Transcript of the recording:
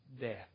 death